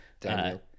Daniel